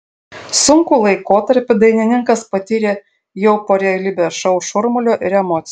sunkų laikotarpį dainininkas patyrė jau po realybės šou šurmulio ir emocijų